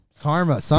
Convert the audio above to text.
karma